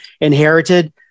inherited